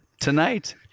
tonight